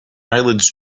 eyelids